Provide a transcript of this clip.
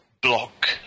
block